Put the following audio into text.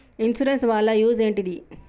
Insurance వాళ్ల use ఏంటిది?